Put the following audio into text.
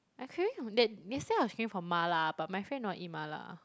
I craving that yesterday I was craving for mala but my friend don't want to eat mala